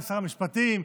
שר המשפטים,